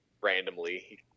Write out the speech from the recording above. randomly